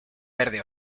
verde